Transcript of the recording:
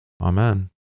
Amen